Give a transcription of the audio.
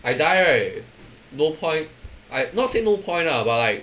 I dye right no point I not say no point lah but like